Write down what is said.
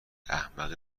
احمق